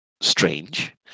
strange